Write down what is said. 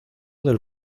del